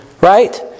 Right